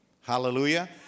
Hallelujah